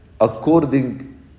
according